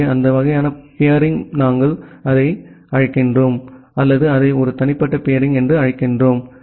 எனவே அந்த வகையான பியரிங் நாங்கள் அதை அழைக்கிறோம் அல்லது அதை ஒரு தனிப்பட்ட பியரிங் என்று அழைக்கிறோம்